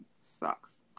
sucks